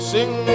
Sing